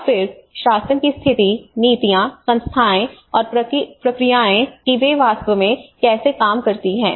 और फिर शासन की स्थिति नीतियाँ संस्थाएँ और प्रक्रियाएँ कि वे वास्तव में कैसे काम करती हैं